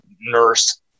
Nurse